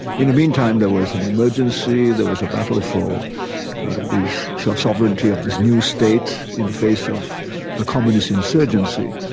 in the meantime there was an emergency, there was a battle for the so sovereignty of this new state in the face of the communist insurgency.